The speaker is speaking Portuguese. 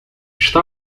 está